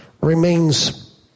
remains